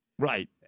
Right